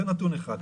זה נתון אחד.